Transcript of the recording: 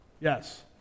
Yes